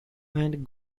and